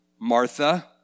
Martha